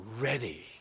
ready